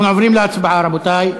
אנחנו עוברים להצבעה, רבותי.